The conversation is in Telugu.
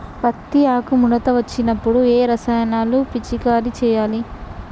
పత్తి ఆకు ముడత వచ్చినప్పుడు ఏ రసాయనాలు పిచికారీ చేయాలి?